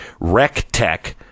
RecTech